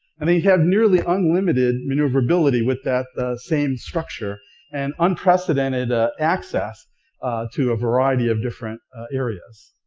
and they have nearly unlimited maneuverability with that same structure and unprecedented ah access to a variety of different areas.